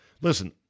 Listen